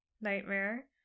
Nightmare